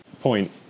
point